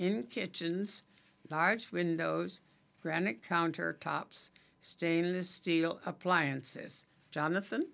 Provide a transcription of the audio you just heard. in kitchens large windows granite countertops stainless steel appliances jonathan